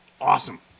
awesome